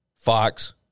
Fox